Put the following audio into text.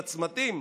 בצמתים.